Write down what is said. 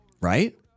Right